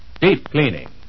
deep-cleaning